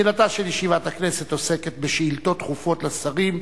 תחילתה של ישיבת הכנסת עוסקת בשאילתות דחופות לשרים,